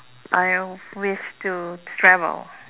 I wish to travel